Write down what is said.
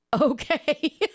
Okay